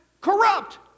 corrupt